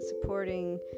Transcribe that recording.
supporting